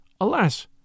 Alas